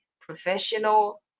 professional